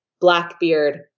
Blackbeard